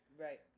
Right